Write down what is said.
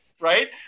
right